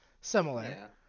similar